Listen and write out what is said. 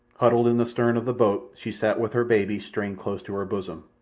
huddled in the stern of the boat she sat with her baby strained close to her bosom,